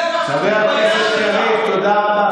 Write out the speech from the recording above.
תודה.